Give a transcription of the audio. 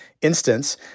instance –